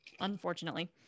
unfortunately